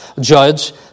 judge